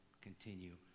continue